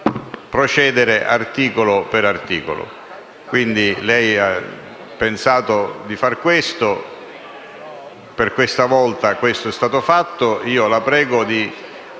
procedere articolo per articolo.